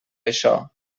això